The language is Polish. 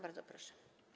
Bardzo proszę.